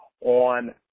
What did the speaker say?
on